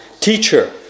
Teacher